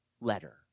letter